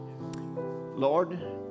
Lord